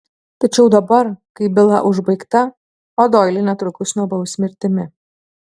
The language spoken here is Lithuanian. tačiau dabar kai byla užbaigta o doilį netrukus nubaus mirtimi